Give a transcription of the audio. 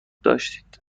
داشتید